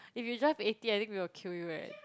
if you drive eighty I think we will kill you eh